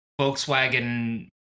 Volkswagen